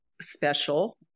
special